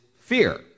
fear